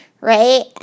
Right